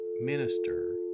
minister